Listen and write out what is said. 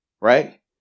right